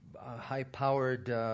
high-powered